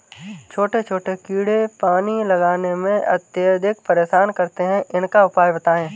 छोटे छोटे कीड़े पानी लगाने में अत्याधिक परेशान करते हैं इनका उपाय बताएं?